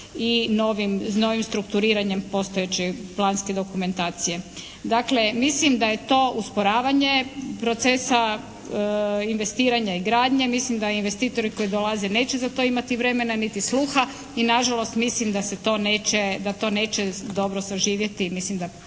i novim strukturiranjem postojeće planske dokumentacije. Dakle, mislim da je to usporavanje procesa investiranja i gradnje. Mislim da investitori koji dolaze neće za to imati vremena, niti sluha i na žalost mislim da se to neće, da to neće